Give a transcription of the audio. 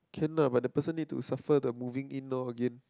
can lah but the person need to suffer the moving in loh again